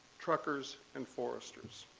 truckers, and foresters.